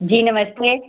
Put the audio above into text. जी नमस्ते